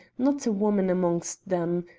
not a woman amongst them.